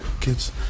kids